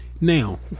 Now